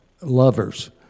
lovers